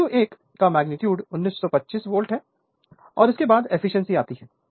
V2 1 का magnitude 1925 volt है और इसके बाद एफिशिएंसी आती है